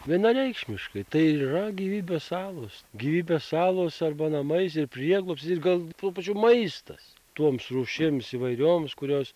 vienareikšmiškai tai ir yra gyvybės salos gyvybės salos arba namais ir prieglobstis ir gal tuo pačiu maistas toms rūšims įvairioms kurios